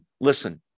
Listen